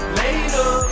later